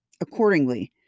accordingly